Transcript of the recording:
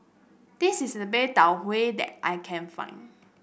this is the best Tau Huay that I can find